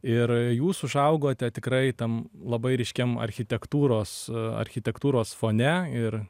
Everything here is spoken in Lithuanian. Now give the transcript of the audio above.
ir jūs užaugote tikrai tam labai ryškiam architektūros architektūros fone ir